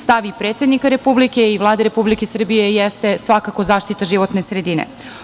Stav i predsednika Republike i Vlade Republike Srbije jeste svakako zaštita životne sredine.